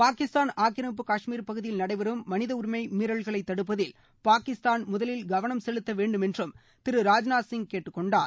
பாகிஸ்தான் ஆக்கிரமிப்பு கஷ்மீர் பகுதியில் நடைபெறும் மனித உரிமை மீறல்களை தடுப்பதில் பாகிஸ்தான் வேண்டுமென்றும் திரு ராஜ்நாத்சிங் கேட்டுக் கொண்டார்